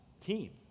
team